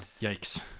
yikes